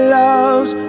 loves